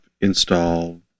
install